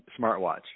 smartwatch